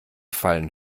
fallen